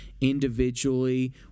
individually